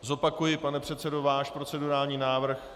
Zopakuji, pane předsedo, váš procedurální návrh.